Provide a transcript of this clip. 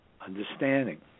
understanding